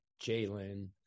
Jalen